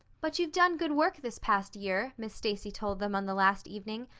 but you've done good work this past year, miss stacy told them on the last evening,